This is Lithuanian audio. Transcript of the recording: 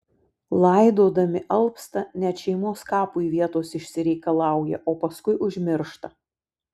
laidodami alpsta net šeimos kapui vietos išsireikalauja o paskui užmiršta